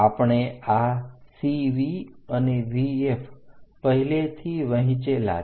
આપણે આ CV અને VF પહેલેથી વહેચેલા છે